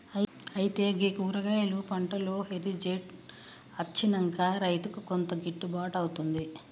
అయితే గీ కూరగాయలు పంటలో హెరిటేజ్ అచ్చినంక రైతుకు కొంత గిట్టుబాటు అవుతుంది